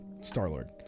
Star-Lord